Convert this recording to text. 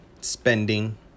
spending